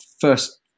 first